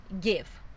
give